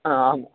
हा अहम्